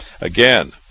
Again